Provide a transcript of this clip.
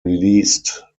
released